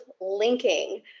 linking